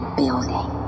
building